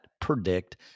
predict